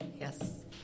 yes